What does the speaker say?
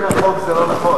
אגב, על-פי החוק זה לא נכון.